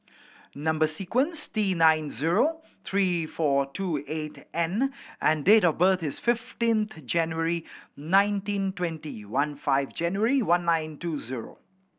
number sequence T nine zero three four two eight N and date of birth is fifteenth January nineteen twenty one five January one nine two zero